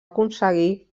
aconseguir